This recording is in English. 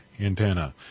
antenna